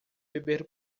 beber